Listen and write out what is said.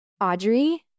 Audrey